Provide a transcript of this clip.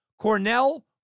Cornell